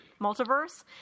multiverse